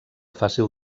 fàcil